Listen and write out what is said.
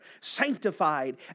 sanctified